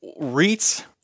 REITs